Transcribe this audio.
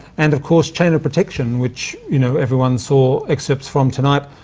and, of course, chain of protection, which you know everyone saw excerpts from tonight.